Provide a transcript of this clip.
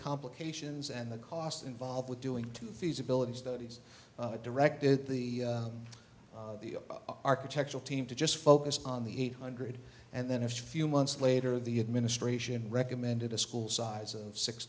complications and the cost involved with doing two feasibility studies directed the architectural team to just focus on the eight hundred and then a few months later the administration recommended a school size of six